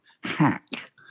Hack